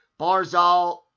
Barzal